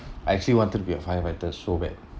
I actually wanted to be a firefighter so bad